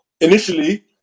Initially